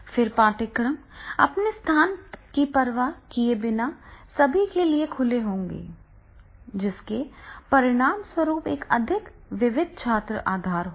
फिर पाठ्यक्रम अपने स्थान की परवाह किए बिना सभी के लिए खुले रहेंगे जिसके परिणामस्वरूप एक अधिक विविध छात्र आधार होगा